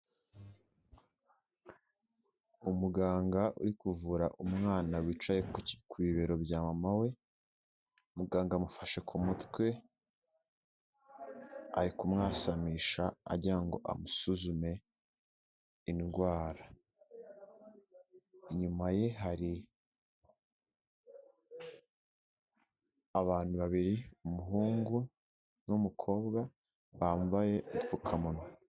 Umuganga uri kuvura umwana wicaye ku bibero bya mama we, muganga amufashe ku mutwe, ari kumwasamisha, agira ngo amusuzume indwara. Inyuma ye hari abantu babiri: umuhungu n'umukobwa, bambaye upfukamunwa.